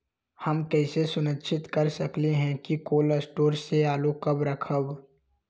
हम कैसे सुनिश्चित कर सकली ह कि कोल शटोर से आलू कब रखब?